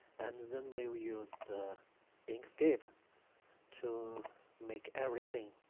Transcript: and then we we used inkscape to make everything